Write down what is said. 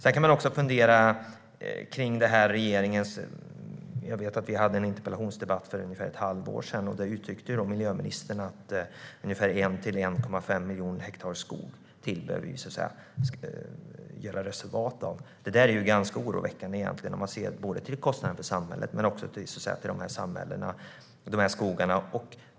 Man kan också fundera på regeringens avsikter. Vi hade en interpellationsdebatt för ungefär ett halvår sedan. Då uttryckte miljöministern att man vill göra reservat av ungefär 1-1,5 miljoner hektar skog. Det är egentligen ganska oroväckande om man ser till kostnaden både för samhället och för skogarna.